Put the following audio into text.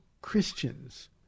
Christians